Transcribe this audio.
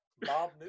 Bob